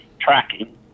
tracking